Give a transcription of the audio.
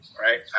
Right